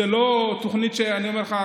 זו לא תוכנית שאני אומר לך,